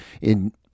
in-